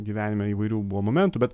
gyvenime įvairių buvo momentų bet